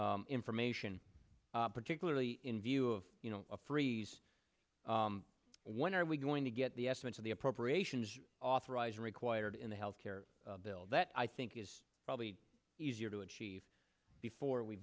information particularly in view of you know a freeze when are we going to get the estimates of the appropriations authorized are required in the health care bill that i think is probably easier to achieve before we